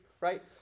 right